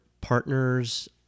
partners